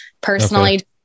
personally